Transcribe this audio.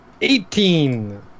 Eighteen